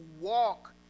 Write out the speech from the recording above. walk